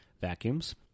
Vacuums